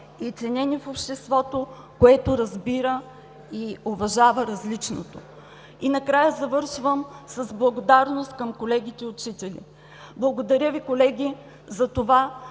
и ценени в обществото, което разбира и уважава различното. Накрая завършвам с благодарност към колегите, учители. Благодаря Ви, колеги, за това,